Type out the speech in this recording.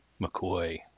McCoy